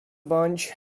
bądź